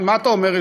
מה אתה אומר,